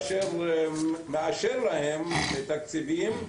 מאשר להן תקציבים,